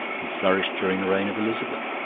who flourished during the reign of elizabeth.